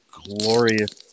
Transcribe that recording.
glorious